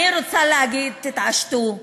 אני רוצה להגיד: תתעשתו,